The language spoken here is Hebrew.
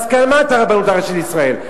בהסכמת הרבנות הראשית לישראל.